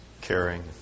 caring